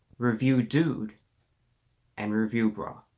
review dude and review bro